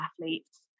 athletes